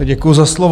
Děkuji za slovo.